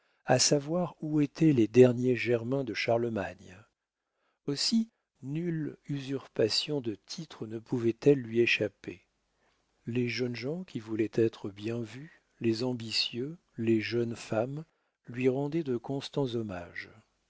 à savoir où étaient les derniers germains de charlemagne aussi nulle usurpation de titre ne pouvait-elle lui échapper les jeunes gens qui voulaient être bien vus les ambitieux les jeunes femmes lui rendaient de constants hommages